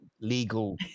legal